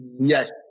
Yes